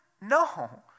No